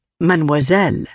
Mademoiselle